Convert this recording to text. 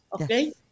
okay